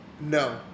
No